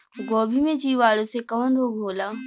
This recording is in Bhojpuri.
गोभी में जीवाणु से कवन रोग होला?